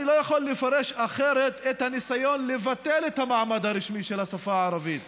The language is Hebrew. אני לא יכול לפרש אחרת את הניסיון לבטל את המעמד הרשמי של השפה הערבית